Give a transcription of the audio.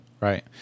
Right